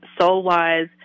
soul-wise